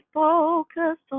focus